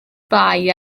bai